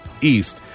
East